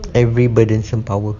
very burdensome power